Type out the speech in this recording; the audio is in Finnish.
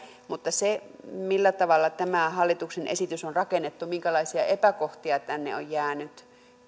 niin se millä tavalla tämä hallituksen esitys on rakennettu ja minkälaisia epäkohtia tänne on jäänyt